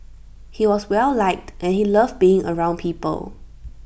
he was well liked and he loved being around people